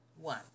one